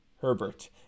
Herbert